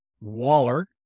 Waller